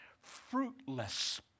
fruitless